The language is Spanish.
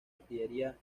artillería